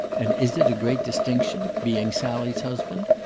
and is it a great distinction being sally's husband?